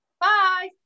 Bye